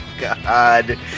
God